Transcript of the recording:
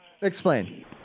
Explain